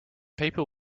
paper